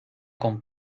qu’en